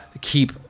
keep